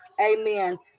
Amen